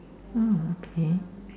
okay